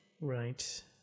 Right